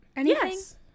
yes